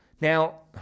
Now